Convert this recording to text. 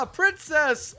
princess